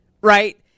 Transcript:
Right